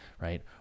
right